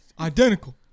Identical